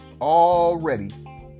already